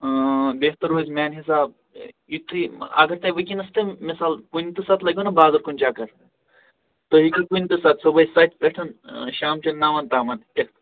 بہتر روزِ میانہِ حسابہٕ یُتھُے اگر تۄہہِ وٕنۍکینَس تہِ مِثال کُنہِ تہِ ساتہٕ لَگیو نا بازَر کُن چَکر تُہۍ ہیٚکِو کُنہِ تہِ ساتہٕ صُبحٲے سَتہِ پٮ۪ٹھ شامٕچَن نَوَن تامتھ یِتھ